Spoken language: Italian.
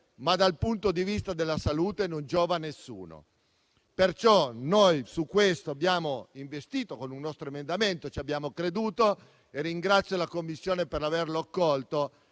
ma dal punto di vista della salute non giova a nessuno. Per tali motivi, su questo abbiamo investito con un nostro emendamento, in cui abbiamo creduto, e ringrazio la Commissione per averlo accolto.